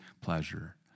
pleasure